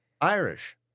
Irish